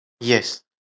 Yes